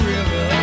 River